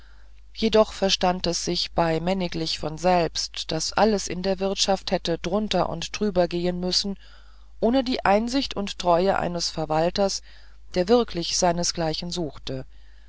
jedoch verstand es sich bei männiglich von selbst daß alles in der wirtschaft hätte drunter und drüber gehn müssen ohne die einsicht und treue eines verwalters der wirklich seinesgleichen suchte